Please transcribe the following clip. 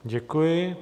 Děkuji.